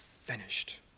finished